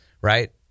Right